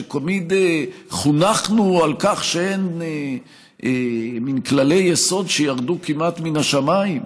שתמיד חונכנו על כך שהן מין כללי יסוד שירדו כמעט מן השמיים,